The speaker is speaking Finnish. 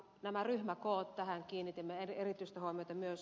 nämä ryhmäkoot niihin kiinnitimme erityistä huomiota myös